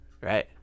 right